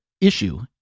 issue